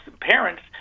parents